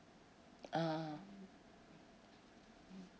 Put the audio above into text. uh